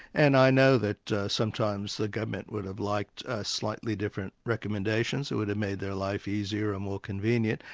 and i know that sometimes the government would have liked a slightly different recommendation, so it would have made their life easier and more convenient.